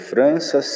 França